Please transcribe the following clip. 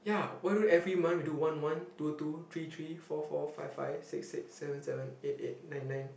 ya why don't every month we do one one two two three three four four five five six six seven seven eight eight nine nine